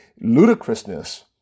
ludicrousness